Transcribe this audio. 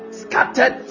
scattered